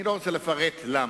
אני לא רוצה לפרט למה,